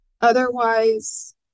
Otherwise